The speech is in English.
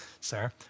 Sarah